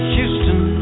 Houston